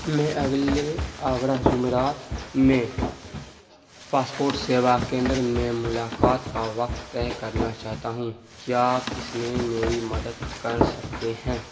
میں اگلے آگڑہ جمعرات میں پاسپورٹ سیوا کیندر میں ملاقات کا وقت طے کرنا چاہتا ہوں کیا آپ اس میں میری مدد کر سکتے ہیں